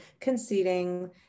conceding